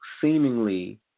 seemingly